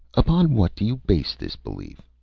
upon what do you base this belief?